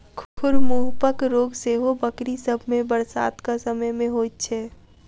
खुर मुँहपक रोग सेहो बकरी सभ मे बरसातक समय मे होइत छै